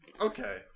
okay